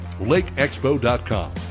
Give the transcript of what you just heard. LakeExpo.com